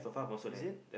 is it